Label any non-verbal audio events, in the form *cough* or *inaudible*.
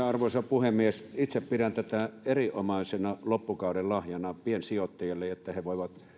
*unintelligible* arvoisa puhemies itse pidän tätä erinomaisena loppukauden lahjana piensijoittajille että he voivat